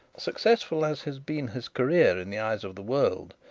successful as has been his career in the eyes of the world,